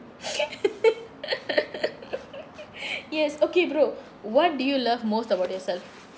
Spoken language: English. yes okay bro what do you love most about yourself